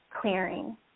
clearing